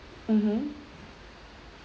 mmhmm